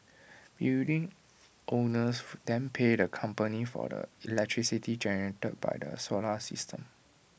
building owners then pay the company for the electricity generated by the solar system